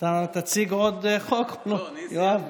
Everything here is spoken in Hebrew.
אתה תציג עוד חוק, יואב?